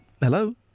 Hello